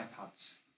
iPads